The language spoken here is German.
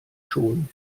schon